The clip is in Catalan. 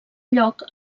lloc